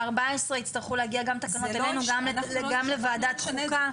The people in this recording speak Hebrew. בארבע עשרה יצטרכו להגיע תקנות גם אלינו וגם לוועדת חוקה.